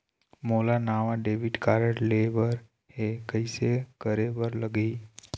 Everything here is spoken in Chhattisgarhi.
मोला नावा डेबिट कारड लेबर हे, कइसे करे बर लगही?